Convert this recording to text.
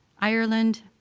ireland,